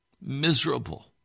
miserable